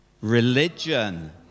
Religion